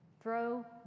throw